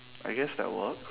I guess that works